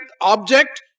object